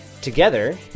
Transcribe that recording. together